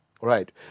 Right